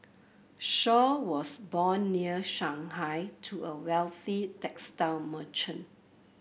Shaw was born near Shanghai to a wealthy textile merchant